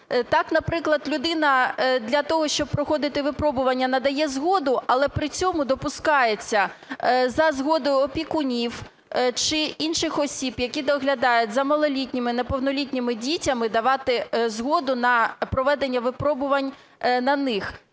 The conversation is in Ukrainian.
Так, наприклад, людина для того, щоб проходити випробування, надає згоду, але при цьому допускається, за згодою опікунів чи інших осіб, які доглядають за малолітніми, неповнолітніми дітьми, давати згоду на проведення випробувань на них.